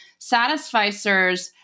Satisficers